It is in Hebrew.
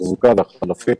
התחזוקה והחלפים,